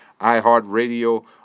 iHeartRadio